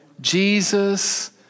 Jesus